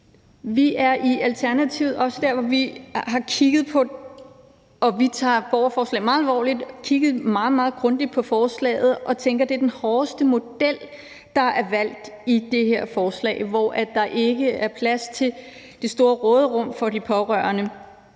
Vi tager i Alternativet borgerforslag meget alvorligt, og vi er også der, hvor vi har kigget meget, meget grundigt på forslaget, og vi tænker, at det er den hårdeste model, der er valgt i det her forslag, hvor der ikke er plads til det store råderum for de pårørende.